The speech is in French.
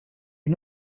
est